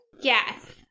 yes